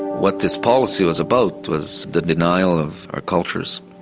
what this policy was about was the denial of our cultures,